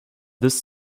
this